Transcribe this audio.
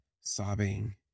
sobbing